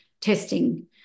testing